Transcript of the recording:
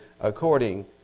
according